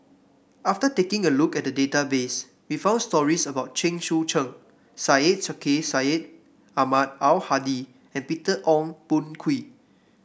after taking a look at the database we found stories about Chen Sucheng Syed Sheikh Syed Ahmad Al Hadi and Peter Ong Boon Kwee